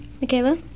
Michaela